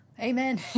Amen